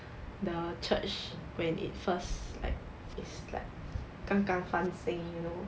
the church when it first like is like 刚刚翻新 you know